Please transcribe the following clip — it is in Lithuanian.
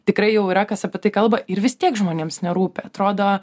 tikrai jau yra kas apie tai kalba ir vis tiek žmonėms nerūpi atrodo